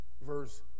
verse